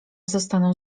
zostaną